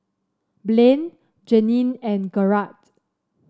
Blaine Janine and Garett